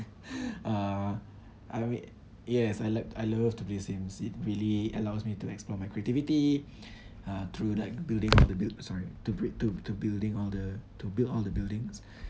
uh I mean yes I love I love to play Sims it really allows me to explore my creativity uh through like building all the build~ sorry to to building all the to build all the buildings